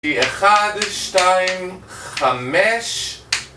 אחד, שתיים, חמש...